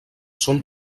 són